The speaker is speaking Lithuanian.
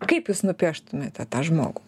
kaip jūs nupieštumėte tą žmogų